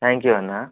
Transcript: thank you Anna